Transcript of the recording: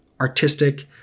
artistic